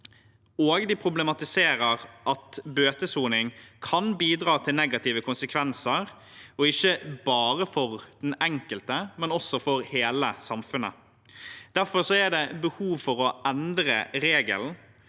de problematiserer at bøtesoning kan bidra til negative konsekvenser – ikke bare for den enkelte, men også for hele samfunnet. Derfor er det behov for å endre regelen,